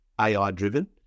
AI-driven